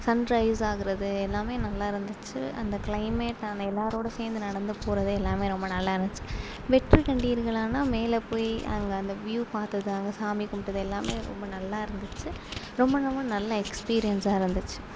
Sun rice ஆகுவது எல்லாமே நல்லா இருந்துச்சு அந்த க்ளைமேட் அந்த எல்லாரோடு சேர்ந்து நடந்துபோகிறது எல்லாமே ரொம்ப நல்லாருந்துச்சு வெற்றி கண்டீர்களான்னால் மேலே போய் அங்கே அந்த வியூவ் பார்த்தது அங்கே சாமி கும்பிட்டது எல்லாமே ரொம்ப நல்லா இருந்துச்சு ரொம்ப ரொம்ப நல்ல எக்ஸ்பீரியன்ஸாக இருந்துச்சு